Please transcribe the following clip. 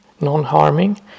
non-harming